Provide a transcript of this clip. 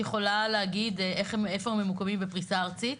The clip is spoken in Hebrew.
את יכולה להגיד איפה הם ממוקמים בפריסה ארצית?